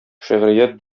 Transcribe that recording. шигърият